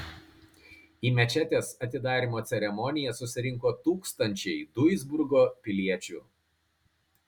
į mečetės atidarymo ceremoniją susirinko tūkstančiai duisburgo piliečių